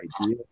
idea